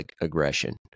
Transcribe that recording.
aggression